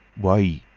why!